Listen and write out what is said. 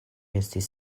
estas